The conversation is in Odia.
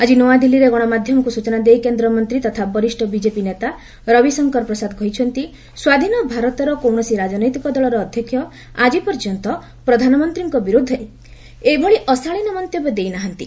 ଆଜି ନୂଆଦିଲ୍ଲୀରେ ଗଣମାଧ୍ୟମକୁ ସୂଚନା ଦେଇ କେନ୍ଦ୍ରମନ୍ତ୍ରୀ ତଥା ବରିଷ୍ଠ ବିଜେପି ନେତା ରବିଶଙ୍କର ପ୍ରସାଦ କହିଛନ୍ତି ସ୍ୱାଧୀନ ଭାରତର କୌଣସି ରାଜନୈତିକ ଦଳର ଅଧ୍ୟକ୍ଷ ଆଜି ପର୍ଯ୍ୟନ୍ତ ପ୍ରଧାନମନ୍ତୀଙ୍କ ବିରୁଦ୍ଦରେ ଏଭଳି ଅଶାଳୀନ ମନ୍ତବ୍ୟ ଦେଇ ନାହାନ୍ତି